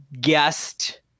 guest